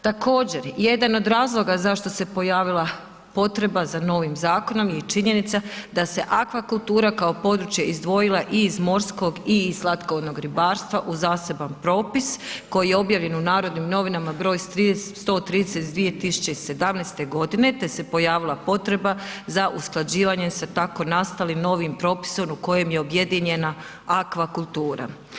Također, jedan od razloga zašto se pojavila potreba za novim zakonom je činjenica da se akvakultura kao područje izdvojila i iz morskog i iz slatkovodnog ribarstva u zaseban propis koji je objavljen u Narodnim novinama broj 130 iz 2017. godine te se pojavila potreba za usklađivanjem sa tako nastalim novim propisom u kojem je objedinjena akvakultura.